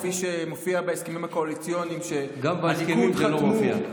כפי שמופיע בהסכמים הקואליציוניים שהליכוד חתמו גם בהסכמים זה לא מופיע.